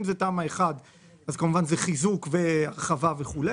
אם זה תמ"א 1 אז כמובן זה חיזוק והרחבה וכו',